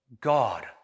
God